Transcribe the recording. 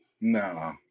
No